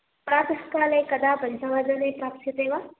प्रातःकाले कदा पञ्चवादने प्राप्स्यते वा